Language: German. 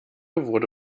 wurde